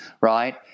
Right